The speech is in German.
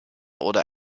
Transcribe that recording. oder